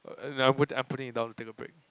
I'm I'm putting it down to take a break